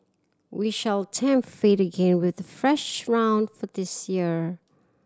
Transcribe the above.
we shall tempt fate again with a fresh round for this year